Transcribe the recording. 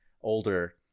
older